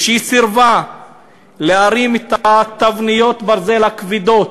וכשהיא סירבה להרים את תבניות הברזל הכבדות